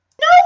no